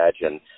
Imagine